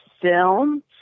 film